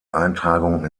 eintragung